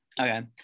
Okay